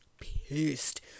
pissed